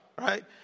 right